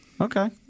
Okay